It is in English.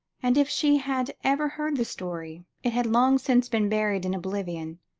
and if she had ever heard the story, it had long since been buried in oblivion.